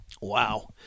Wow